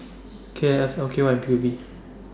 K F L K Y and P U B